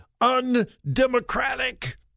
undemocratic